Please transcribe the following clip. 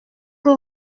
que